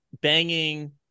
banging